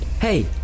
Hey